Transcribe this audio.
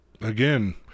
Again